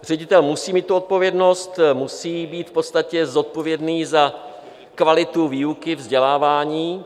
Ředitel musí mít odpovědnost, musí být v podstatě zodpovědný za kvalitu výuky, vzdělávání.